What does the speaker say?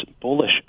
bullish